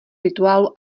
rituálu